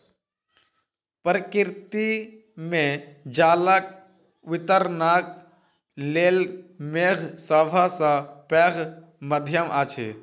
प्रकृति मे जलक वितरणक लेल मेघ सभ सॅ पैघ माध्यम अछि